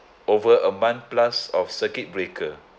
over a month plus of circuit breaker